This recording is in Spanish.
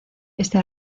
este